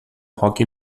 hóquei